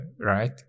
right